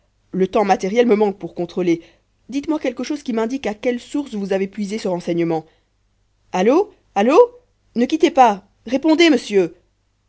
le temps matériel me manque pour contrôler dites-moi quelque chose qui m'indique à quelle source vous avez puisé ce renseignement allô allô ne quittez pas répondez monsieur